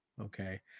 Okay